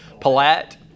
Palat